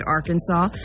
Arkansas